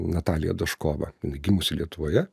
natalija daškova jinai gimusi lietuvoje